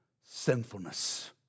sinfulness